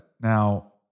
Now